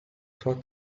sua